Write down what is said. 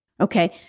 Okay